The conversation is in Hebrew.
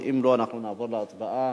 אנחנו עוברים להצעת החוק הבאה: